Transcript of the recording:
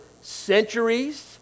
centuries